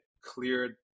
cleared